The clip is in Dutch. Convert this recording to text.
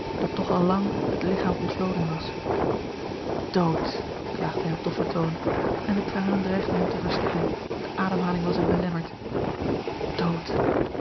dat toch al lang het ligchaam ontvloden was dood klaagde hij op doffen toon en de tranen dreigden hem te verstikken de ademhaling was hem belemmerd dood